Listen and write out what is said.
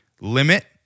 Limit